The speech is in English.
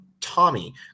Tommy